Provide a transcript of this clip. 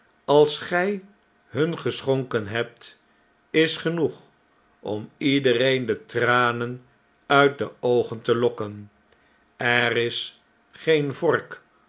als gjj hun geschonken hebt is genoeg om iedereen de tranen uit de oogen te lokken er is geen vork